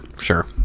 sure